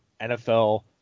NFL